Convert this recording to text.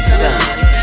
signs